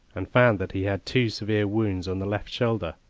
and found that he had two severe wounds on the left shoulder.